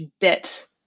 bit